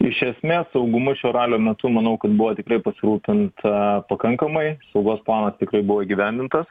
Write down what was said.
iš esmės saugumu šio ralio metu manau kad buvo tikrai pasirūpinta pakankamai saugos planas tikrai buvo įgyvendintas